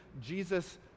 jesus